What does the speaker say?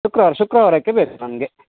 ಶುಕ್ರವಾರ ಶುಕ್ರವಾರಕ್ಕೆ ಬೇಕು ನಮಗೆ